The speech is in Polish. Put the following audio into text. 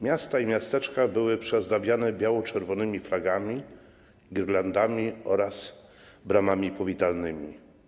Miasta i miasteczka były przyozdabiane biało-czerwonymi flagami, girlandami oraz bramami powitalnymi.